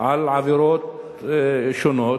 על עבירות שונות,